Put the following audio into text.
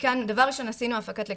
דבר ראשון עשינו הפקת לקחים,